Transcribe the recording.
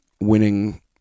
winning